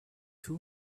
two